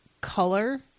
color